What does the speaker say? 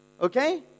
okay